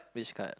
which card